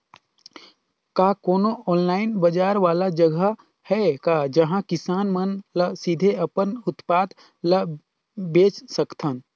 का कोनो ऑनलाइन बाजार वाला जगह हे का जहां किसान मन ल सीधे अपन उत्पाद ल बेच सकथन?